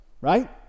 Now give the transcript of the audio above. right